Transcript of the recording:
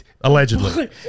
Allegedly